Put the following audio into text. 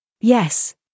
Yes